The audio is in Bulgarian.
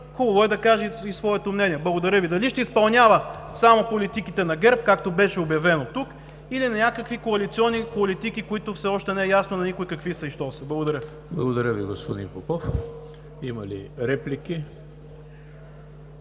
дебюта да каже и своето мнение дали ще изпълнява само политиките на ГЕРБ, както беше обявено тук, или на някакви коалиционни политики, които все още не е ясно на никой какви са и що са? Благодаря. ПРЕДСЕДАТЕЛ ЕМИЛ ХРИСТОВ: Благодаря Ви, господин Попов. Има ли реплики?